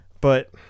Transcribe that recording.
But-